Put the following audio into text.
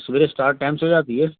सवेरे start time से हो जाती है